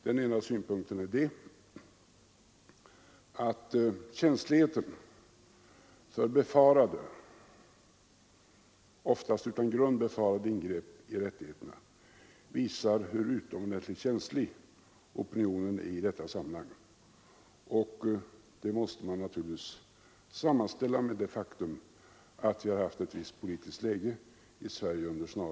Den ena synpunkten är den att oron för oftast utan grund befarade ingrepp i rättigheterna visar hur utomordentligt känslig opinionen är i detta sammanhang. Det måste man naturligtvis sammanställa med det faktum att vi har haft ett visst politiskt läge i Sverige under 40 år.